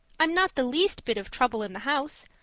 i'm not the least bit of trouble in the house.